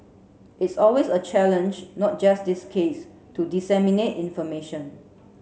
it's always a challenge not just this case to disseminate information